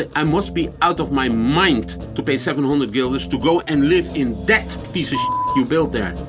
i must be out of my mind to pay seven hundred guilders to go and live in that piece of you built there